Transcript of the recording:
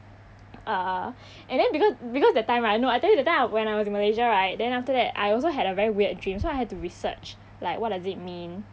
uh and then because because that time right no I tell you that time when I was in malaysia right then after that I also had a very weird dream so I had research like what does it mean